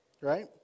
right